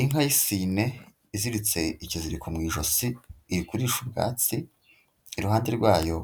Inka y'isine iziritse ikaziriko mu ijosi igurisha ubwatsi, iruhande rwayo